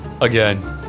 again